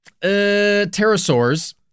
pterosaurs